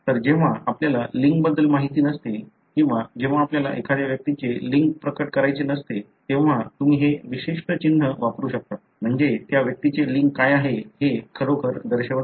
तर जेव्हा आपल्याला लिंग बद्दल माहिती नसते किंवा जेव्हा आपल्याला एखाद्या व्यक्तीचे लिंग प्रकट करायचे नसते तेव्हा तुम्ही हे विशिष्ट चिन्ह वापरू शकता म्हणजे त्या व्यक्तीचे लिंग काय आहे हे खरोखर दर्शवत नाही